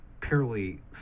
purely